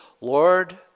Lord